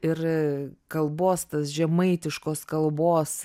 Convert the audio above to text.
ir kalbos tas žemaitiškos kalbos